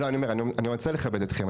לא, אני אומר, אני רוצה לכבד אתכם.